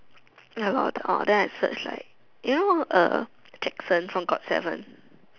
ya lor the orh then I search like you know uh jackson from Got seven